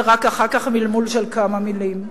ורק אחר כך מלמול של כמה מלים.